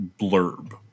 blurb